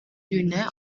dünne